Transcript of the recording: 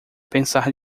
pensar